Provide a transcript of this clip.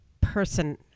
person